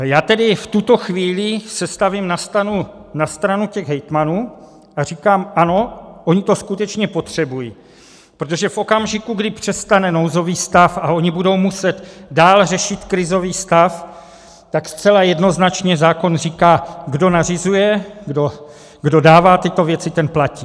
Já se tedy v tuto chvíli stavím na stranu hejtmanů a říkám ano, oni to skutečně potřebují, protože v okamžiku, kdy přestane nouzový stav a oni budou muset dál řešit krizový stav, tak zcela jednoznačně zákon říká: kdo nařizuje, kdo dává tyto věci, ten platí.